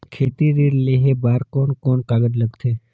खेती ऋण लेहे बार कोन कोन कागज लगथे?